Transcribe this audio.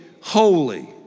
holy